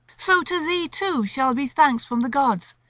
so to thee too shall be thanks from the gods,